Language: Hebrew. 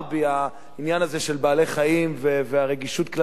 העניין הזה של בעלי-חיים והרגישות כלפיהם,